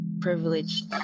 Privileged